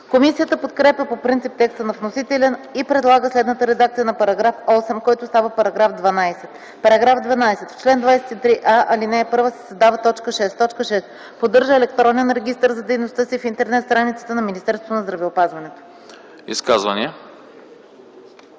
Комисията подкрепя по принцип текста на вносителя и предлага следната редакция на § 8, който става § 12: „§ 12. В чл. 23а, ал. 1 се създава т. 6: „6. поддържа електронен регистър за дейността си в интернет страницата на Министерството на здравеопазването.”